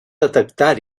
detectar